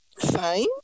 Fine